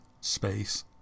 space